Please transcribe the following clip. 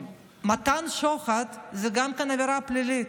מתן שוחד זה גם כן עבירה פלילית.